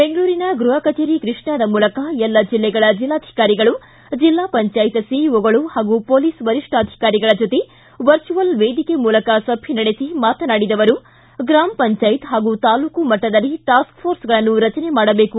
ಬೆಂಗಳೂರಿನ ಗ್ಟಪ ಕಚೇರಿ ಕೃಷ್ಣಾದ ಮೂಲಕ ಎಲ್ಲ ಜಿಲ್ಲೆಗಳ ಜಿಲ್ಲಾಧಿಕಾರಿಗಳು ಜಿಲ್ಲಾ ಪಂಚಾಯತ್ ಸೀಜಬಗಳು ಹಾಗೂ ಮೊಲೀಸ್ ವರಿಷ್ಣಾಧಿಕಾರಿಗಳ ಜೊತೆ ವರ್ಚುವಲ್ ವೇದಿಕೆ ಮೂಲಕ ಸಭೆ ನಡೆಸಿ ಮಾತನಾಡಿದ ಅವರು ಗ್ರಾಮ ಪಂಚಾಯತ್ ಹಾಗೂ ತಾಲೂಕು ಮಟ್ಟದಲ್ಲಿ ಟಾಸ್ಕ ಫೋರ್ಸ್ಗಳನ್ನು ರಚನೆ ಮಾಡಬೇಕು